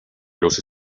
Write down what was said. los